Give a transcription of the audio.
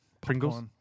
Pringles